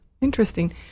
Interesting